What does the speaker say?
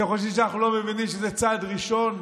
אתם חושבים שאנחנו לא מבינים שזה צעד ראשון,